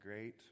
Great